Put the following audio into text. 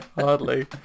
Hardly